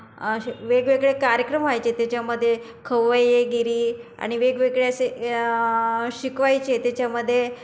असे वेगवेगळे कार्यक्रम व्हायचे त्याच्यामध्ये खवय्येगिरी आणि वेगवेगळे असे शिकवायचे त्याच्यामध्ये